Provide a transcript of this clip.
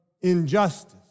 injustice